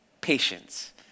patience